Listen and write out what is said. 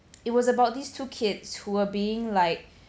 it was about these two kids who were being like